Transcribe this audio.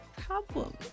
problem